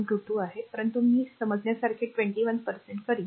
२२ आहे परंतु मी समजण्यासारखे 21 करीन